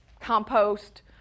compost